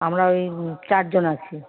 আমরা ওই চারজন আছি